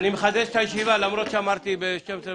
אני מקווה שעד אז תגיעו לנוסח כלשהו שיניח את דעתנו.